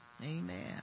Amen